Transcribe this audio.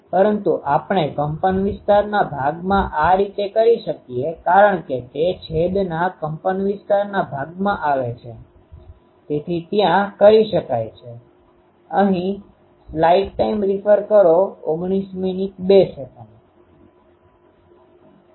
પરંતુ આપણે કંપનવિસ્તારના ભાગમાં આ કરી શકીએ છીએ કારણ કે તે છેદના કંપનવિસ્તારના ભાગમાં આવે છે તેથી ત્યાં કરી શકાઈ છે